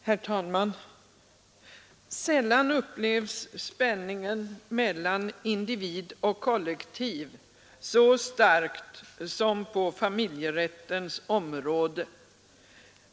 Herr talman! Sällan upplevs spänningen mellan individ och kollektiv så starkt som på familjerättens område.